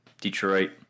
Detroit